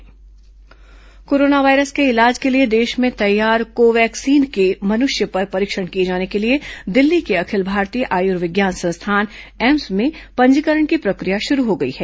corona Covaxin परीक्षण corona virus के इलाज के लिए देश में तैयार कोवैक्सीन के मनुष्य पर परीक्षण किये जाने के लिए दिल्ली के अखिल भारतीय आयुर्विज्ञान संस्थान एम्स में पंजीकरण की प्रक्रिया शुरू हो गई है